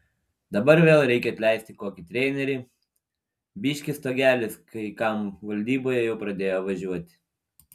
dabar vėl reikia atleisti kokį trenerį biški stogelis kai kam valdyboje jau pradėjo važiuoti